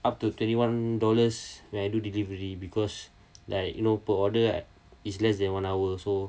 up to twenty one dollars when I do delivery because like you know per order is less than one hour so